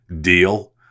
deal